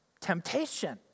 temptation